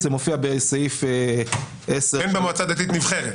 זה מופיע בסעיף 10. אין בה מועצה דתית נבחרת?